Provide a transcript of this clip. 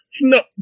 No